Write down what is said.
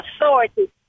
authority